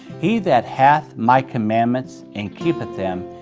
he that hath my commandments, and keepeth them,